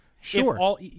Sure